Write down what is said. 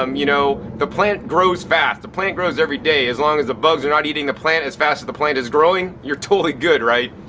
um you know, the plant grows fast, the plant grows every day, as long as the bugs are not eating the plant as fast as the plant is growing you're totally good, right?